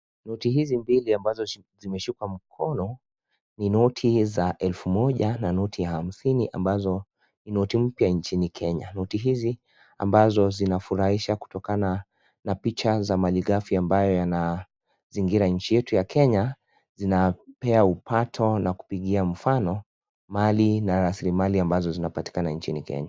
Noti hizi mbili ambazo zimeshikwa mkono ni noti za elfu moja na noti ya hamsini ambazo noti mpya nchini Kenya. Noti hizi ambazo zinafurahisha kutokana na picha za malikafya ambayo yanazingira nchi yetu ya Kenya zinapea ubato na kupigia mfano mali na zirimali ambali zinapatika nchini Kenya.